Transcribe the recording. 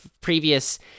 previous